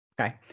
Okay